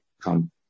come